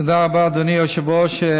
תודה רבה, אדוני היושב-ראש.